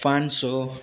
पाँच सौ